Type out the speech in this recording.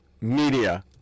media